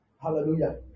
Hallelujah